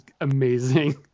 amazing